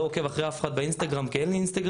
לא עוקב אחרי אף אחד באינסטגרם כי אין לי אינסטגרם.